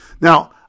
Now